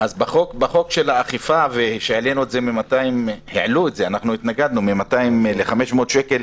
בחוק של האכיפה כשהעלו את זה מ-200 ל-500 שקל,